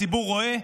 הציבור רואה,